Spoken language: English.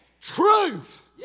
truth